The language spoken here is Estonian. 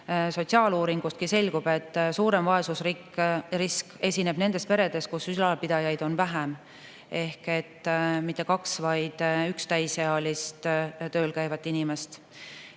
sotsiaaluuringust selgub, et suurem vaesusrisk esineb nendes peredes, kus ülalpidajaid on vähem ehk mitte kaks, vaid üks täisealine tööl käiv inimene.